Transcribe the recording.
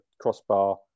crossbar